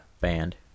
band